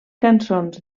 cançons